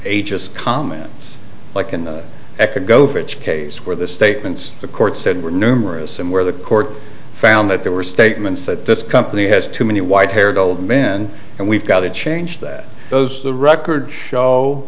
just comments like an echo for each case where the statements the court said were numerous and where the court found that there were statements that this company has too many white haired old men and we've got to change that those the records show